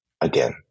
again